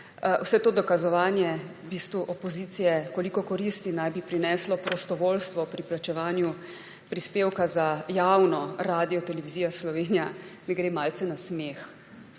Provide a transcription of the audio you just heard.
vse to dokazovanje v bistvu opozicije, koliko koristi naj bi prineslo prostovoljstvo pri plačevanju prispevka za javno Radiotelevizija Slovenija, mi gre malce na smeh.